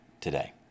today